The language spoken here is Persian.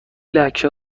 لکه